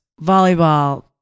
volleyball